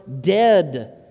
dead